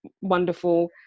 wonderful